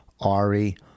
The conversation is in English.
Ari